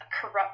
corrupt